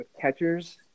catchers